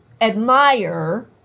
admire